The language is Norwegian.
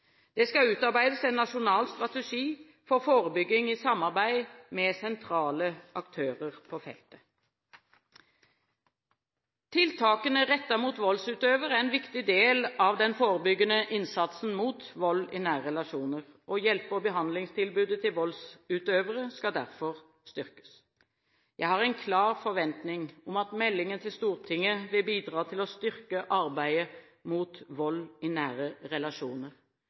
Det skal utarbeides en nasjonal strategi for forebygging i samarbeid med sentrale aktører på feltet. Tiltakene rettet mot voldsutøver er en viktig del av den forebyggende innsatsen mot vold i nære relasjoner. Hjelpe- og behandlingstilbudet til voldsutøvere skal derfor styrkes. Jeg har en klar forventning om at meldingen til Stortinget vil bidra til å styrke arbeidet mot vold i nære relasjoner.